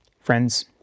Friends